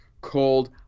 called